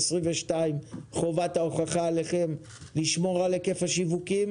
ב-2022 חובת ההוכחה עליכם לשמור על היקף השיווקים,